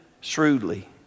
shrewdly